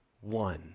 one